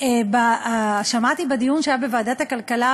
שמעתי בדיון בוועדת הכלכלה,